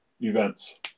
events